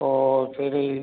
और फिर